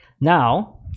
Now